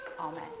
Amen